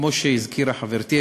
כמו שהזכירה חברתי,